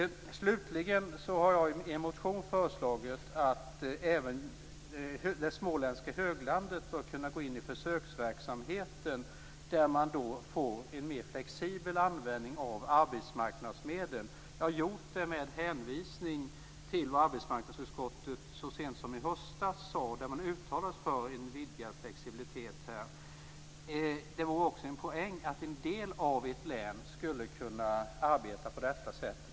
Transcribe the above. Jag har i en motion föreslagit att det småländska höglandet bör kunna tas med i försöksverksamheten. Det skall bli en mer flexibel användning av arbetsmarknadsmedel. Jag har gjort det med hänvisning till vad arbetsmarknadsutskottet så sent som i höstas sade i ett uttalande om vidgad flexibilitet. Det vore också en poäng att en del av ett län skulle kunna arbeta så.